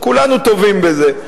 כולנו טובים בזה.